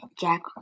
Jack